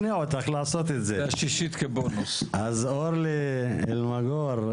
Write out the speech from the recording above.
מסמך על אזורים סטטיסטיים בתוך רשויות מקומיות,